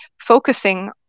focusing